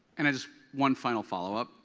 and just one final follow-up.